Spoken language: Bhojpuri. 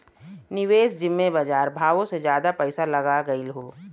निवेस जिम्मे बजार भावो से जादा पइसा लग गएल हौ